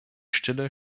stille